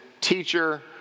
teacher